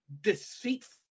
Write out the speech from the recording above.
deceitful